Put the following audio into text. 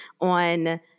on